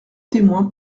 témoins